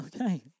Okay